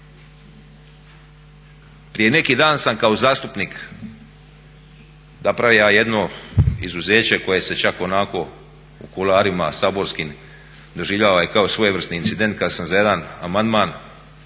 Prije neki dan sam kao zastupnik napravio jedno izuzeće koje se čak onako u kuloarima saborskim doživljava i kao svojevrsni incident kada sam za jedan amandman